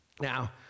Now